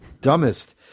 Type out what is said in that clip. dumbest